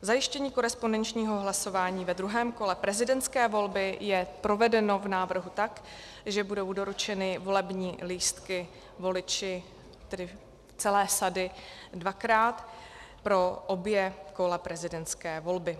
Zajištění korespondenčního hlasování ve druhém kole prezidentské volby je provedeno v návrhu tak, že budou doručeny volební lístky voliči, tedy celé sady, dvakrát, pro obě kola prezidentské volby.